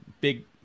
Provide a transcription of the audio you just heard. big